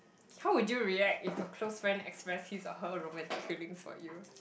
how would you react if a close friend express his or her romantic feeling for you